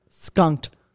skunked